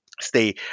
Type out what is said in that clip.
stay